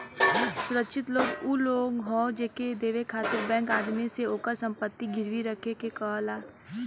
सुरक्षित लोन उ लोन हौ जेके देवे खातिर बैंक आदमी से ओकर संपत्ति गिरवी रखे के कहला